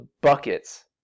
buckets